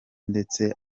ndetse